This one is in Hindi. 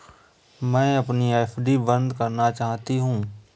मैं अपनी एफ.डी बंद करना चाहती हूँ